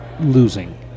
losing